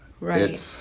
Right